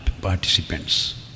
participants